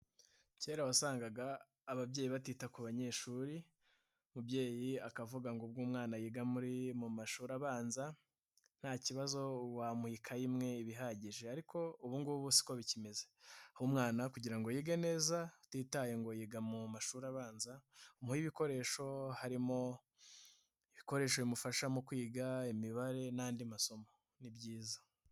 Kera wasangaga ababyeyi batita ku banyeshuri umubyeyi akavuga ngo ubwo umwana yiga mu mashuri abanza nta kibazo wamuha ikayi imwe ibi ihagije ariko ubungubu siko bikimeze, umwana kugira ngo yige neza utitaye ngo yiga mu mashuri abanza umuhe ibikoresho harimo ibikoresho bimufasha mu kwiga imibare n'andi masomo ni byiza.